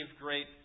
great